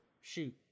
shoot